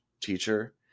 teacher